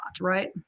right